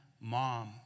mom